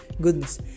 goodness